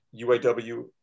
uaw